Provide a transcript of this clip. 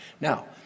Now